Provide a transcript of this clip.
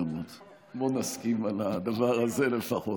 בואו נסכים על הדבר הזה לפחות.